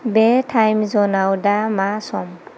बे टाइम ज'नाव दा मा सम